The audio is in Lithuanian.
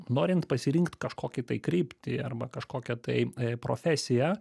norint pasirinkt kažkokį tai kryptį arba kažkokią tai profesiją